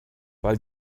weil